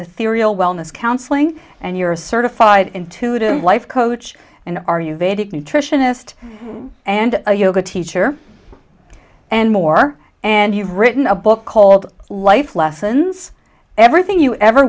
a serial wellness counseling and you're a certified intuitive life coach and are you vedic nutritionist and a yoga teacher and more and you've written a book called life lessons everything you ever